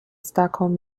stockholm